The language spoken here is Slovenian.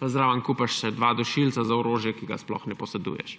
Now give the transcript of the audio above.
pa zraven kupiš še dva dušilca za orožje, ki ga sploh ne poseduješ.